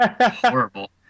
horrible